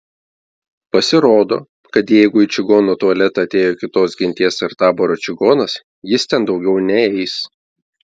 pasirodo kad jeigu į čigono tualetą atėjo kitos genties ar taboro čigonas jis ten daugiau neeis